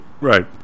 right